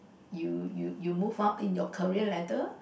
you you you move out in your career ladder